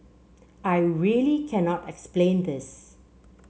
I really cannot explain this